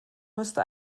müsste